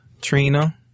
Trina